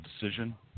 decision